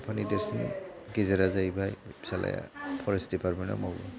आफानि देरसिन गेजेरा जाहैबाय फिसालाया फरेस्ट दिपार्टमेन्टआव मावो